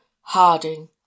Harding